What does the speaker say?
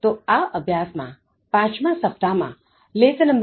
તો આ અભ્યાસ માં પાંચમાં સપ્તાહ માં લેશન નં